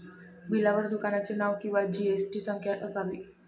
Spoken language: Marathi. बिलावर दुकानाचे नाव किंवा जी.एस.टी संख्या असावी